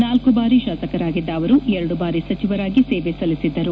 ನಾಲ್ಕು ಬಾರಿ ಶಾಸಕರಾಗಿದ್ದ ಅವರು ಎರಡು ಬಾರಿ ಸಚಿವರಾಗಿ ಸೇವೆ ಸಲ್ಲಿಸಿದ್ದರು